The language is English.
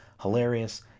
hilarious